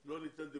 שלא ניתנת לביצוע,